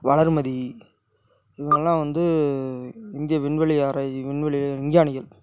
வளர்மதி இவங்கள்லாம் வந்து இந்திய விண்வெளி ஆராய்ச்சி விண்வெளி விஞ்ஞானிகள்